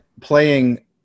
playing